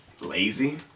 Lazy